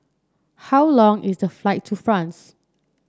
how long is the flight to France